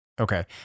Okay